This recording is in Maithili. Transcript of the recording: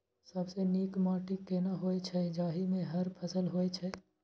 सबसे नीक माटी केना होय छै, जाहि मे हर फसल होय छै?